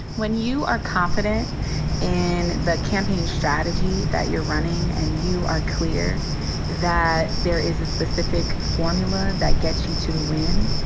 when you are confident in and the campaign strategy that you're running and you are clear that there is a specific formula that gets you to the win,